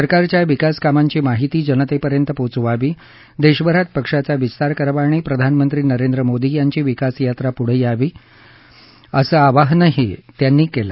सरकारच्या विकास कामांची माहिती जनतेपर्यंत पोचवावी देशभरात पक्षाचा विस्तार करावा आणि प्रधानमंत्री नरेंद्र मोदी यांची विकासयात्रा पुढं न्यावी असं आवाहनही त्यांनी केलं